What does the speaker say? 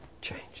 change